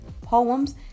poems